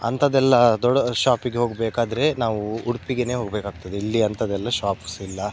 ಅಂಥದ್ದೆಲ್ಲ ದೊಡ್ಡ ಶಾಪಿಗೆ ಹೋಗಬೇಕಾದ್ರೆ ನಾವು ಉಡುಪಿಗೆನೆ ಹೋಗಬೇಕಾಗ್ತದೆ ಇಲ್ಲಿ ಅಂಥದ್ದೆಲ್ಲ ಶಾಪ್ಸ್ ಇಲ್ಲ